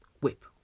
Whip